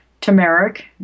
turmeric